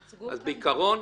הוצגו כאן --- דקה.